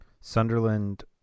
Sunderland